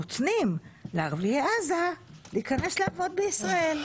נותנים לערביי עזה להיכנס לעבוד בישראל.